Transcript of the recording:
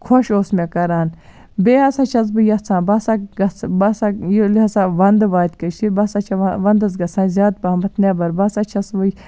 خۄش اوس مےٚ کران بیٚیہِ ہسا چھَس بہٕ یَژھان بہٕ سا گژھٕ ییٚلہِ ہسا وَندٕ واتہِ کٔشیٖر بہٕ ہسا چھَ وَ وَندَس گژھان زیادٕ پَہمَتھ نیبر بہٕ سا چھَس وۄنۍ